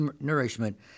nourishment